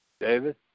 david